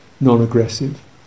non-aggressive